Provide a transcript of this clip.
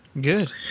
Good